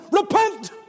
Repent